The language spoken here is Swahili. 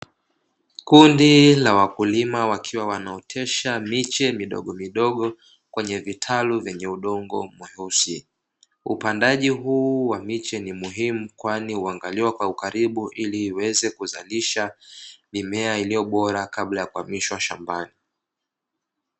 Kundi la wakulima wakiwa wanaotesha miche midogomidogo kwenye vitalu vyenye udongo mweusi, upandaji huu wa miche ni muhimu kwani huangaliwa kwa ukaribu ili iweze kuzalisha mimea iliyo bora kabla ya kuamishwa shambani.